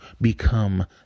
become